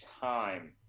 time